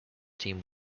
team